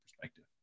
perspective